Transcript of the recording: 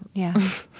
yeah.